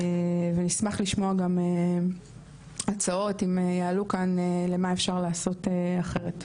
ייקרה ונשמח לשמוע גם הצעות אם יעלו כאן למה אפשר לעשות אחרת.